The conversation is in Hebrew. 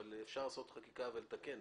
אבל אפשר לעשות חקיקה ולתקן.